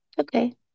okay